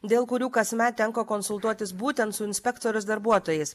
dėl kurių kasmet tenka konsultuotis būtent su inspektorius darbuotojais